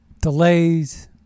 delays